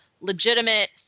legitimate